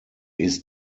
ist